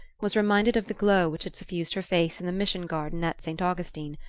was reminded of the glow which had suffused her face in the mission garden at st. augustine.